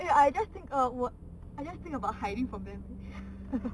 eh I just think err 我 I just think about hiding from them